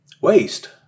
Waste